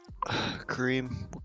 Cream